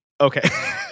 okay